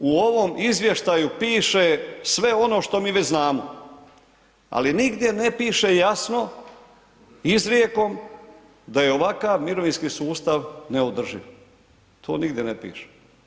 U ovom izvještaju piše sve ono što mi već znamo, ali nigdje ne piše jasno izrijekom da je ovakav mirovinski sustav neodrživ, to nigdje ne piše.